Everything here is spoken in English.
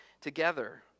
together